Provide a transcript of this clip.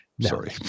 sorry